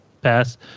Pass